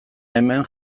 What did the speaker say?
hemen